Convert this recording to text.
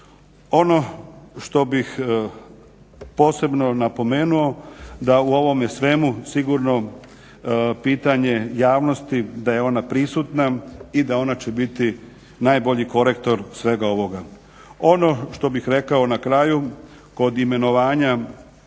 Ono što bih posebno napomenuo da u ovome svemu sigurno pitanje javnosti da je ona prisutna i da ona će biti najbolji korektor svega ovoga. Ono što bih rekao na kraju kod imenovanja